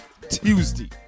Tuesday